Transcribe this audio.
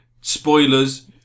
Spoilers